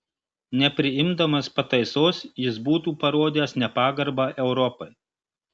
nepriimdamas pataisos jis būtų parodęs nepagarbą europai